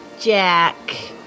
Jack